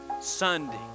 Sunday